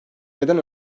neden